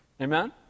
Amen